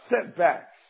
setbacks